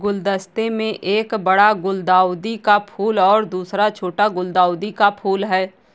गुलदस्ते में एक बड़ा गुलदाउदी का फूल और दूसरा छोटा गुलदाउदी का फूल है